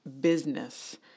business